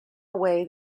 away